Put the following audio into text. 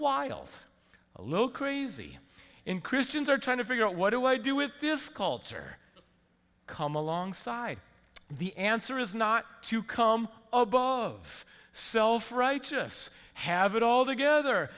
wild a little crazy in christians are trying to figure out what do i do with this culture come along side the answer is not to come of self righteous have it all together